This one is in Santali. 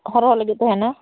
ᱦᱚᱨᱦᱚ ᱞᱟᱹᱜᱤᱫ ᱮ ᱛᱟᱸᱦᱮᱱᱟ